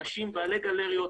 אנשים בעלי גלריות,